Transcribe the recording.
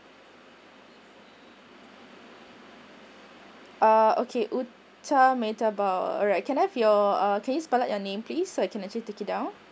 ah okay ute meta bauer alright can I have your uh can you spell out your name please so I can actually take it out